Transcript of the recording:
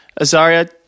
Azaria